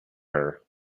her